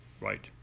Right